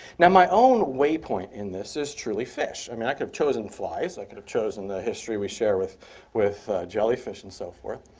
now, my own way point in this is truly fish. i mean i could have chosen flies. i could have chosen the history we share with with jellyfish, and so forth.